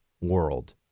world